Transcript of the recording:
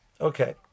Okay